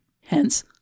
Hence